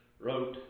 wrote